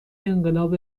انقلاب